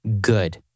good